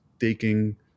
taking